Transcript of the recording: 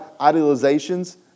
idealizations